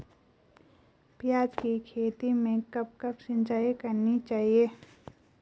प्याज़ की खेती में कब कब सिंचाई करनी चाहिये?